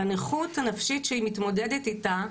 על הנכות הנפשית שהיא מתמודדת איתה,